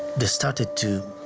they started to